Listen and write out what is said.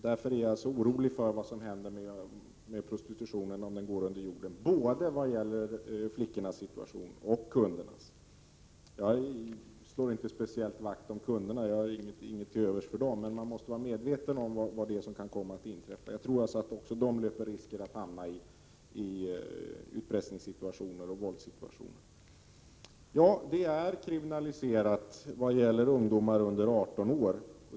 Därför är jag orolig för vad som händer med prostitutionen om den går under jorden, vad gäller både flickornas situation och kundernas. Jag slår inte speciellt vakt om kunderna — jag har inget till övers för dem — men man måste vara medveten om vad det är som kan komma att inträffa. Jag tror att också kunderna löper risk att hamna i utpressningsoch våldssituationer. Prostitutionen är kriminaliserad vad gäller ungdomar under 18 år.